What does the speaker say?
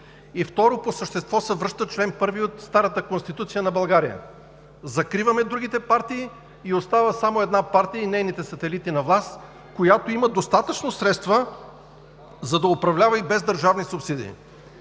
И, второ, по същество се връща чл. 1 от старата Конституция на България – закриваме другите партии, остава само една партия и нейните сателити на власт, която има достатъчно средства, за да управлява и без държавни субсидии.